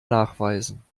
nachweisen